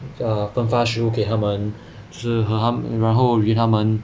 err 分发食物给他们 然后与他们